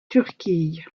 turquie